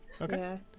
Okay